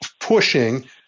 pushing